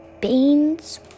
beans